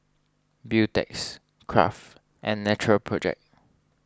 Beautex Kraft and Natural Project